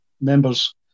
members